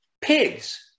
pigs